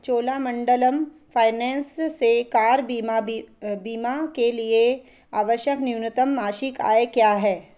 Cholamandalam finance से car बीमा बीमा के लिए आवश्यक न्यूनतम मासिक आय क्या है